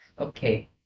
okay